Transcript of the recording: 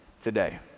today